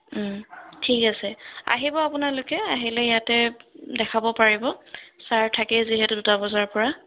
ঠিক আছে আহিব আপোনালোকে আহিলে ইয়াতে দেখাব পাৰিব ছাৰ থাকেই যিহেতো দুটা বজাৰ পৰা